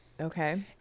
okay